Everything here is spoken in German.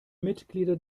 mitglieder